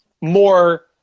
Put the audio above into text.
more